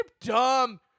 dumb